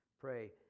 Pray